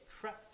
trapped